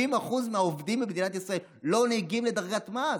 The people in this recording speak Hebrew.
50% מהעובדים במדינת ישראל לא מגיעים לדרגת מס,